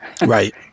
Right